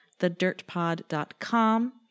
thedirtpod.com